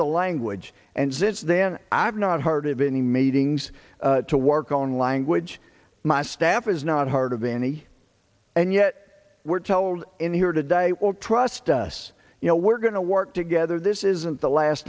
the language and since then i've not heard of any meetings to work on language my staff is not heard of any and yet we're telling in here today all trust us you know we're going to work together this isn't the last